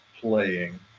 playing